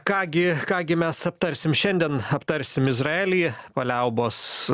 ką gi ką gi mes aptarsim šiandien aptarsim izraelį paliaubos